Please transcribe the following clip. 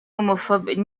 homophobe